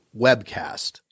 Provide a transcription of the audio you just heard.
webcast